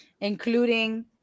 including